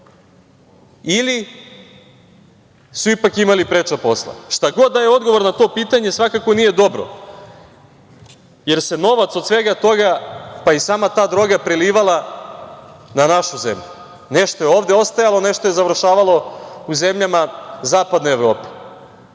ili su ipak imali preča posla? Šta god da je odgovor na to pitanje svakako nije dobro, jer se novac od svega toga, pa i sama ta droga prelivala na našu zemlju. Nešto je ovde ostajalo, nešto je završavalo u zemljama zapadne Evrope. Ovaj